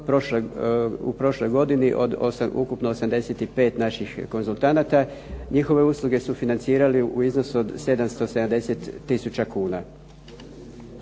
u prošloj godini od ukupno 85 naših konzultanata njihove usluge su financirali u iznosu od 770 tisuća kuna.